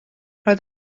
roedd